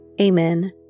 Amen